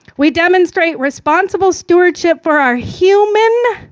we demonstrate responsible stewardship for our human,